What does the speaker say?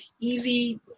easy